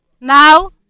Now